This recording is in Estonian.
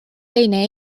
teine